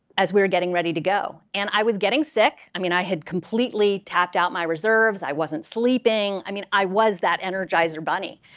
as we were getting ready to go. and i was getting sick. i mean, i had completely tapped out my reserves. i wasn't sleeping. i mean, i was that energizer bunny,